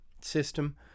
System